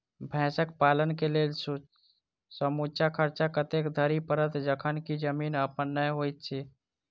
भैंसक पालन केँ लेल समूचा खर्चा कतेक धरि पड़त? जखन की जमीन अप्पन नै होइत छी